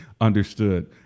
Understood